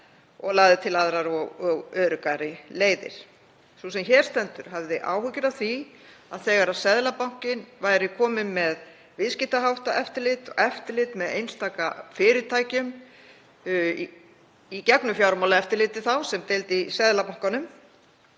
og lagði til aðrar og öruggari leiðir. Sú sem hér stendur hafði áhyggjur af því að þegar Seðlabankinn væri kominn með viðskiptaháttaeftirlit og eftirlit með einstaka fyrirtækjum í gegnum Fjármálaeftirlitið, þá sem deild í Seðlabankanum,